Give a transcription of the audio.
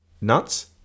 nuts